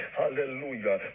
hallelujah